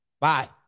bye